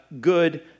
good